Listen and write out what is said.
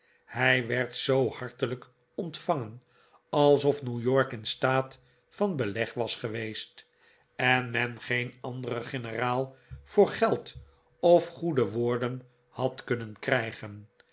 hij werd zoo hartelijk ontvangen alsof new york in staat van beleg was geweest en men geen anderen generaal voor geld of goede woorden had kunnen krijgen